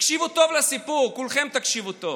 תקשיבו טוב לסיפור, כולכם תקשיבו טוב,